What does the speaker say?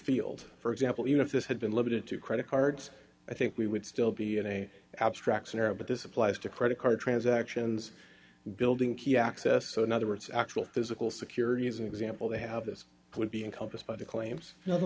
field for example you know if this had been limited to credit cards i think we would still be in a abstract scenario but this applies to credit card transactions building key access so in other words actual physical security as an example they have this could be encompassed by the claims you know